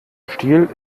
stiel